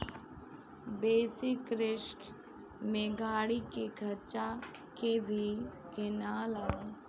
basic risk में गाड़ी के खर्चा के भी गिनाला